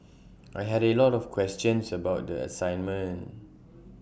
I had A lot of questions about the assignment